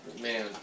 man